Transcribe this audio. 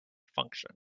function